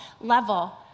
level